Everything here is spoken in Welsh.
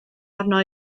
arno